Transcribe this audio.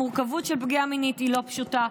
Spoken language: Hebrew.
המורכבות של פגיעה מינית היא לא פשוטה,